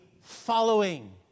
following